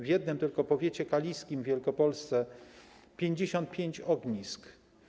W samym tylko powiecie kaliskim w Wielkopolsce - 55 ognisk.